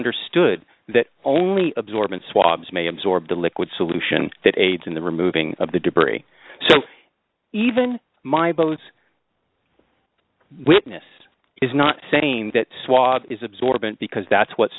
understood that only absorbent swabs may absorb the liquid solution that aids in the removing of the debris so even my boat's witness is not saying that swab is absorbent because that's what